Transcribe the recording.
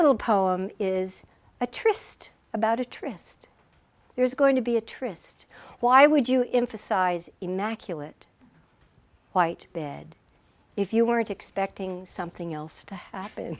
little poem is a tryst about a tryst there's going to be a tryst why would you in for size immaculate white bed if you weren't expecting something else to happen